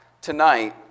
tonight